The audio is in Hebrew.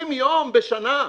60 יום בשנה.